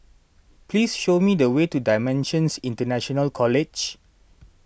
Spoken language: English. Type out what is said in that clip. please show me the way to Dimensions International College